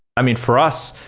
i mean, for us,